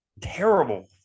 terrible